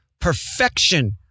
perfection